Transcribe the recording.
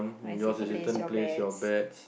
my said place your bets